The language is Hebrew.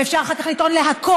ואפשר אחר כך לטעון להכול,